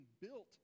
built